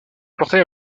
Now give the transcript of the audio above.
portail